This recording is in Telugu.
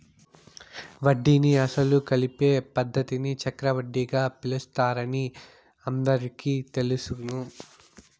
వడ్డీని అసలు కలిపే పద్ధతిని చక్రవడ్డీగా పిలుస్తారని అందరికీ తెలుసును